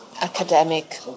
academic